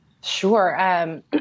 Sure